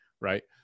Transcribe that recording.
right